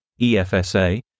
EFSA